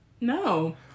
No